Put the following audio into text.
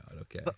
Okay